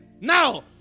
now